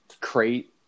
crate